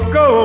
go